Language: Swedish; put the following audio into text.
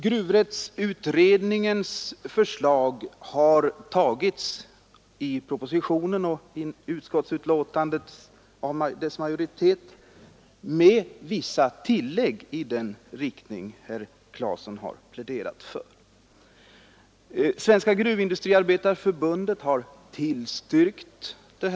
Gruvrättsutredningens förslag har intagits i propositionen och tillstyrkts av utskottsmajoriteten med vissa tillägg i den riktning som herr Claeson har pläderat för. Svenska gruvindustriarbetareförbundet har tillstyrkt förslaget.